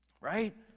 right